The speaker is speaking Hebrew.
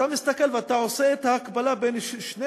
אתה מסתכל ואתה עושה את ההקבלה בין שתי